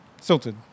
silted